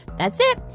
that's it.